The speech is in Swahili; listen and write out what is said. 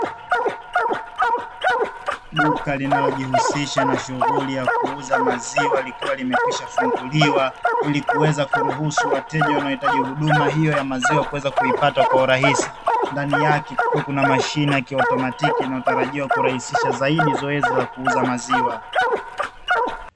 Duka linalo jihusisha na shughuli ya kuuza maziwa likiwa limekwisha funguliwa ili kuweza kuruhusu wateja wanaohitaji huduma hiyo ya maziwa kuweza kuipata kwa urahisi, ndani yake kukiwa na mashine ya kiautomatiki inayotarajiwa kurahisisha zaidi zoezi la kuuza maziwa.